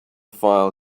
file